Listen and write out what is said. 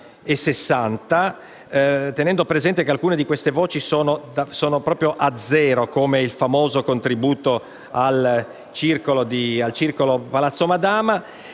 tenendo presente che alcune di queste voci sono proprio a zero, come il famoso contributo al circolo di Palazzo Madama,